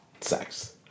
sex